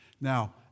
Now